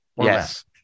Yes